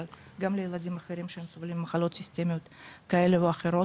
גם לילדים אחרים שהם סובלים ממחלות סיסטמיות כאלה ואחרות,